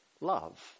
love